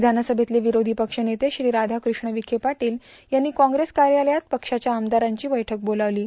विधानसभेतले विरोधी पक्षनेते श्री राधाकृष्ण विखे पाटील यांनी काँग्रेस कार्यालयात पक्षाच्या आमदारांची बैठक बोलावली आहे